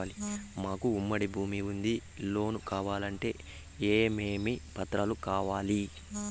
మాకు ఉమ్మడి భూమి ఉంది లోను కావాలంటే ఏమేమి పత్రాలు కావాలి?